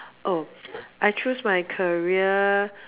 oh I choose my career